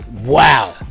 Wow